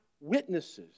witnesses